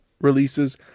releases